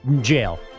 jail